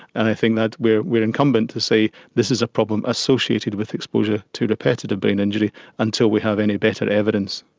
and i think that we are we are incumbent to say this is a problem associated with exposure to repetitive brain injury until we have any better evidence.